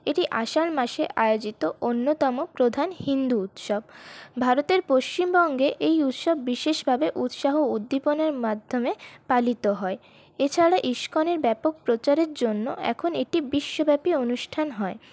এটি আষাঢ় মাসে আয়োজিত অন্যতম প্রধান হিন্দু উৎসব ভারতের পশ্চিমবঙ্গে এই উৎসব বিশেষভাবে উৎসাহ উদ্দীপনার মাধ্যমে পালিত হয় এছাড়া ইস্কনের ব্যাপক প্রচারের জন্য এখন একটি বিশ্বব্যাপী অনুষ্ঠান হয়